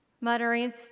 muttering